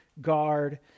guard